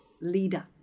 leader